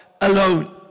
alone